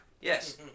Yes